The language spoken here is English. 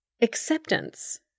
Acceptance